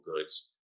goods